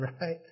right